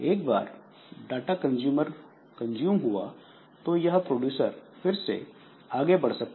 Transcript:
एक बार data consume हुआ तो प्रोड्यूसर फिर से आगे बढ़ सकता है